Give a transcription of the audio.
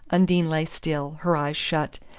undine lay still, her eyes shut,